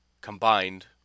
combined